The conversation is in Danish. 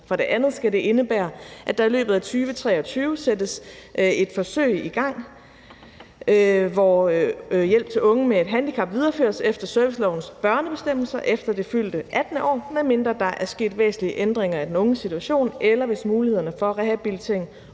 For det andet skal det indebære, at der i løbet af 2023 sættes et forsøg i gang, hvor hjælp til unge med et handicap videreføres efter servicelovens børnebestemmelser efter det fyldte 18. år, medmindre der er sket væsentlige ændringer i den unges situation eller mulighederne for rehabilitering,